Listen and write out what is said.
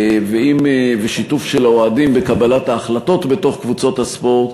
ושיתוף של האוהדים בקבלת ההחלטות בתוך קבוצות הספורט.